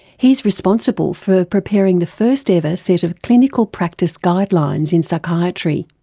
he's responsible for preparing the first ever set of clinical practice guidelines in psychiatry